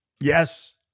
Yes